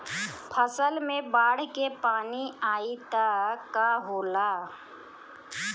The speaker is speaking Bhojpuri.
फसल मे बाढ़ के पानी आई त का होला?